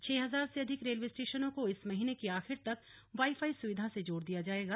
छह हजार से अधिक रेलवे स्टेशनों को इस महीने की आखिर तक वाई फाई सुविधा से जोड़ दिया जायेगा